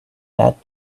that